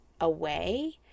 away